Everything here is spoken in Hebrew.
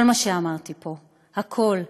כל מה שאמרתי פה, הכול,